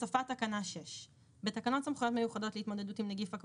הוספת סעיף 6. 1. בתקנות סמכויות מיוחדות להתמודדות עם נגיף